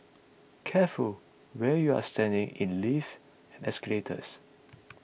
careful where you're standing in lifts and escalators